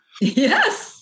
Yes